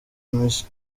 miss